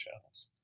channels